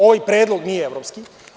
Ovaj predlog nije evropski.